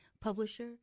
publisher